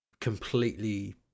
completely